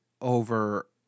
over